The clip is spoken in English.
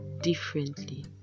differently